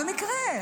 במקרה.